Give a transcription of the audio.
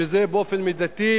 שזה יהיה באופן מידתי.